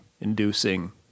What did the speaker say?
inducing